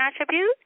attribute